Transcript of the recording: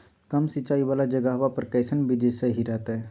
कम सिंचाई वाला जगहवा पर कैसन बीज सही रहते?